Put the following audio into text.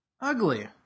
Ugly